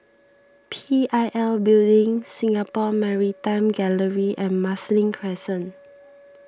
P I L Building Singapore Maritime Gallery and Marsiling Crescent